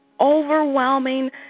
overwhelming